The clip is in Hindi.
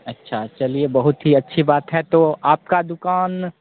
अच्छा चलिए बहुत ही अच्छी बात है तो आपकी दुकान